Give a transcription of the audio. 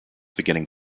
beginning